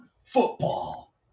football